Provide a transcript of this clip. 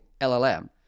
LLM